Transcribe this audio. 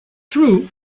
true